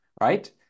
right